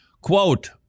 Quote